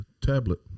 tablet